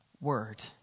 word